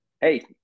hey